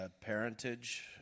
parentage